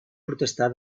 protestar